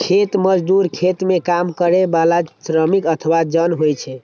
खेत मजदूर खेत मे काम करै बला श्रमिक अथवा जन होइ छै